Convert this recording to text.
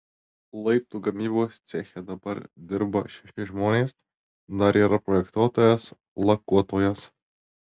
laiptų gamybos ceche dabar dirba šeši žmonės dar yra projektuotojas lakuotojas